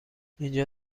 اینجا